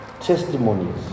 testimonies